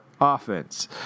offense